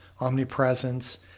omnipresence